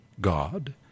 God